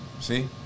See